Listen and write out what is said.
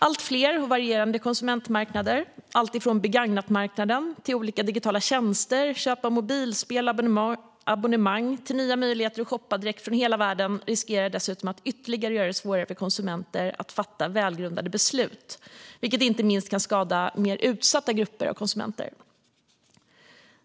Allt fler och varierade konsumentmarknader, alltifrån begagnatmarknaden och olika digitala tjänster till köp av mobilspel, abonnemang och nya möjligheter att shoppa direkt från hela världen, riskerar dessutom att göra det ännu svårare för konsumenter att fatta välgrundade beslut, vilket inte minst kan skada mer utsatta grupper av konsumenter.